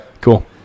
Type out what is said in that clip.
Cool